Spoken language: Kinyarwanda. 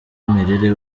umwimerere